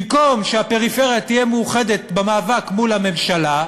במקום שהפריפריה תהיה מאוחדת במאבק מול הממשלה,